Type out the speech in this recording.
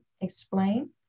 explain